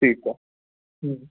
ठीकु आहे